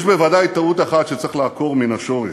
יש בוודאי טעות אחת שצריך לעקור מן השורש: